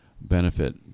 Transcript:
benefit